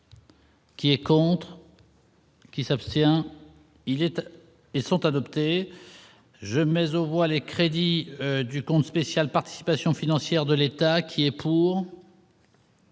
Qui est quand. Qui s'abstient, il était et sont adoptés. Je mais au les crédits du compte spécial participation financière de l'État qui est pour.